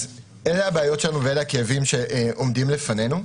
אלה הבעיות שלנו ואלה הכאבים שעומדים לפנינו.